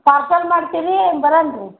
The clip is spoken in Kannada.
ಪಾರ್ಸೆಲ್ ಮಾಡ್ತೀರಿ ಏನು ಬರೋಣ್ ರೀ